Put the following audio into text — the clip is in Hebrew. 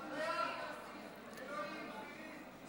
אלוהים אדירים.